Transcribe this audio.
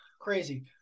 crazy